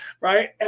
Right